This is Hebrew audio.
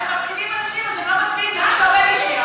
כשמפקירים אנשים, הם לא מצביעים למי שעובד בשבילם.